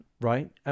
Right